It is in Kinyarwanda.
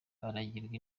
baragirwa